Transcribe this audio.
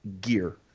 gear